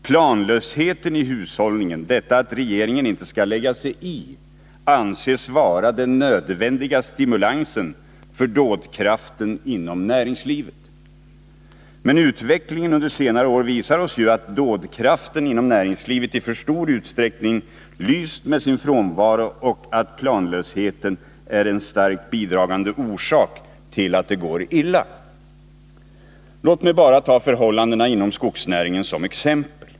Planlösheten i hushållningen — detta att regeringen inte skall lägga sig i — anses vara den nödvändiga stimulansen för dådkraften inom näringslivet. Men utvecklingen under senare år visar oss ju att dådkraften inom näringslivet i för stor utsträckning lyst med sin frånvaro och att planlösheten är en starkt bidragande orsak till att det går illa. Låt mig bara ta förhållandena inom skogsnäringen som exempel.